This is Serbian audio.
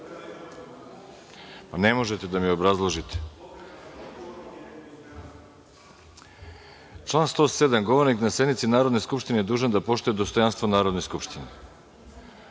možete da mi obrazložite. Član 107. – govornik na sednici Narodne skupštine je dužan da poštuje dostojanstvo Narodne skupštine. Gospođice